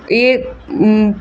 ਇਹ